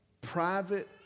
private